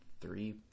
three